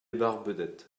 barbedette